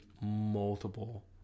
multiple